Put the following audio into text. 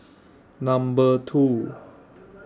Number two